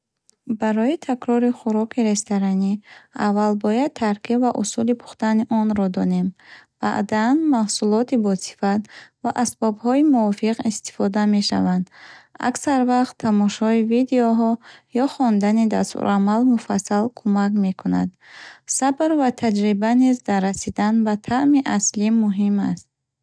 Барои такрори хӯроки ресторанӣ аввал бояд таркиб ва усули пухтани онро донем. Баъдан, маҳсулоти босифат ва асбобҳои мувофиқ истифода мешаванд. Аксар вақт тамошои видеоҳо ё хондани дастурамал муфассал кӯмак мекунад. Сабр ва таҷриба низ дар расидан ба таъми аслӣ муҳим аст.